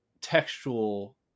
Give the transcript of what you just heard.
textual